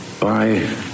bye